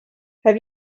have